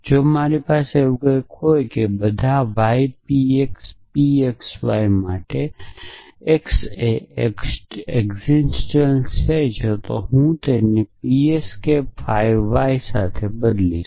જો મારી પાસે એવું કંઈક હતું કે બધા ypypxy માટે બધા માટે x એકસીટેંટીયલમાં છે તો હું તેને psk 5 y સાથે બદલીશ